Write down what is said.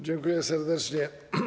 Dziękuję serdecznie.